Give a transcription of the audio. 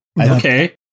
Okay